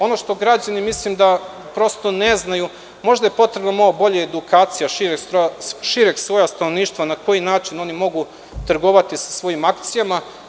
Ono što građani ne znaju, možda je potrebna malo bolja edukacija šireg sloja stanovništva na koji način oni mogu trgovati sa svojim akcijama.